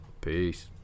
peace